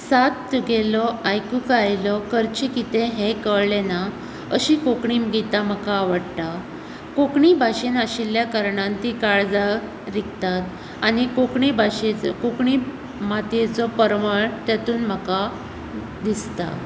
साद तुगेलो आयकूंक आयलो करचें कितें हें कळ्ळेंना अशीं कोंकणी गितां म्हाका आवडटात कोंकणी भाशेन आशिल्ल्या कारणान ती काळजाक रिगतात आनी कोंकणी भाशेच कोंकणी मातयेचो परमळ तेतून म्हाका दिसता